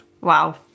wow